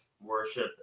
worship